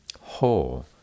whole